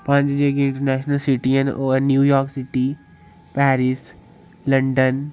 पंज जेह्कियां international city ओह् हैन न्यूयार्क सिटी पेरिस लंडन